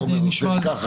כן.